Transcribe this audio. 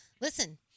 Listen